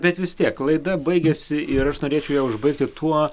bet vis tiek laida baigiasi ir aš norėčiau ją užbaigti tuo